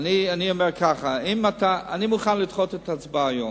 אני מוכן לדחות את ההצבעה.